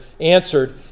answered